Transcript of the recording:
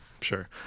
sure